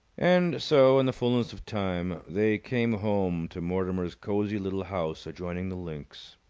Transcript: and so, in the fullness of time, they came home to mortimer's cosy little house adjoining the links.